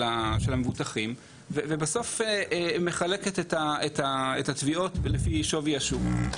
המבוטחים ובסוף מחלקת את התביעות לפי שווי השוק.